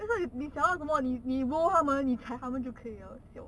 that's why 你讲到什么你你 roll 它们踩它们就可以 liao siao